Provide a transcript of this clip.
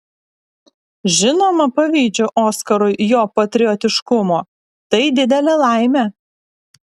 žinoma pavydžiu oskarui jo patriotiškumo tai didelė laimė